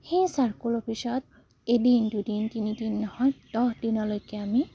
সেই চাৰ্কোল অফিচত এদিন দুদিন তিনিদিন নহয় দহ দিনলৈকে আমি